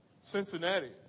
Cincinnati